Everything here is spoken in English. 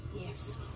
Yes